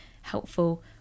helpful